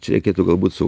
čia reikėtų galbūt su